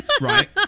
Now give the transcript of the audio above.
Right